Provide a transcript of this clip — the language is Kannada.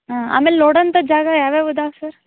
ಹಾಂ ಆಮೇಲೆ ನೋಡೊಂಥ ಜಾಗ ಯಾವ್ಯಾವು ಇದಾವ್ ಸರ್